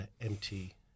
empty